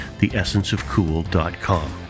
theessenceofcool.com